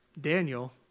Daniel